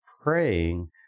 praying